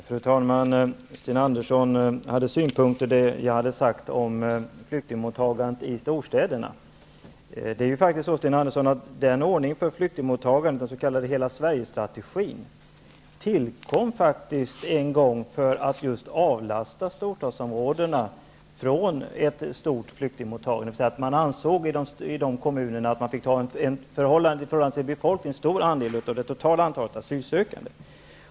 Fru talman! Sten Andersson i Malmö hade synpunkter på det jag sagt om flyktingmottagandet i storstäderna. Det är faktiskt så, Sten Andersson, att ordningen för flyktingmottagandet -- den s.k. hela Sverigestrategin -- tillkom för att just avlasta storstadsområdena från ett stort flyktingmottagande. I dessa kommuner ansåg man att man i förhållande till folkmängden fick en för stor andel av det totala antalet asylsökande.